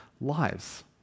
lives